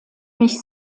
mich